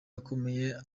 akomeye